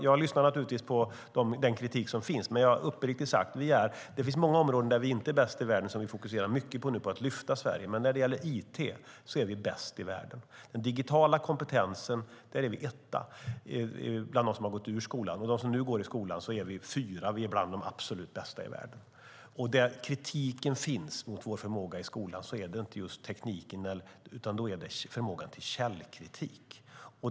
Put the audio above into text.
Jag lyssnar naturligtvis på den kritik som finns, men uppriktigt sagt finns det många områden där vi inte är bäst i världen och som vi fokuserar mycket på nu för att lyfta Sverige. När det gäller it är vi dock bäst. Bland dem som har gått ut skolan är vi etta inom digital kompetens, och bland dem som nu går i skolan är vi fyra. Vi är bland de absolut bästa i världen. När det finns kritik mot vår förmåga i skolan gäller den inte tekniken utan förmågan till källkritik.